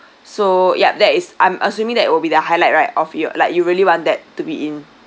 so yup that is I'm assuming that it will be the highlight right of you like you really want that to be in